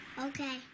Okay